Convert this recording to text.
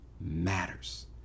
matters